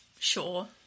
Sure